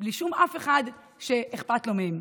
בלי אף אחד שאכפת לו מהם.